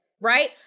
right